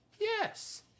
Yes